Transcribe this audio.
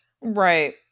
Right